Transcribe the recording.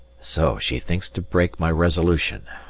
so she thinks to break my resolution!